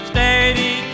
Steady